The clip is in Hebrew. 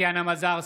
טטיאנה מזרסקי,